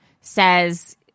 says